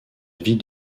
vie